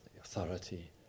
authority